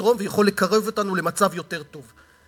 לתרום ויכול לקרב אותנו למצב יותר טוב.